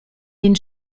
den